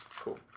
Cool